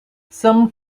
some